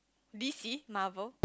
D_C Marvel